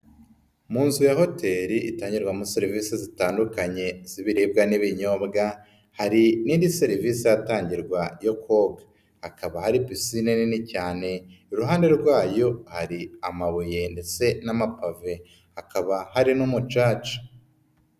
Mu nzu ya hoteli itangirwamo serivisi zitandukanye z'ibiribwa n'ibinyobwa, hari n'indi serivisi ihatangirwa yo koga. Hakaba ari pisine nini cyane, iruhande rwayo hari amabuye ndetse n'amapave, hakaba hari n'umucaca.